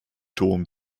dom